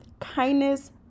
kindness